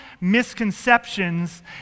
misconceptions